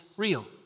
real